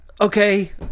Okay